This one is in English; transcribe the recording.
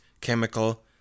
chemical